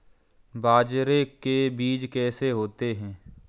बाजरे के बीज कैसे होते हैं?